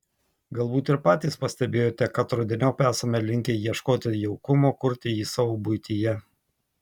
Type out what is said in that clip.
galbūt ir patys pastebėjote kad rudeniop esame linkę ieškoti jaukumo kurti jį savo buityje